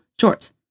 shorts